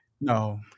No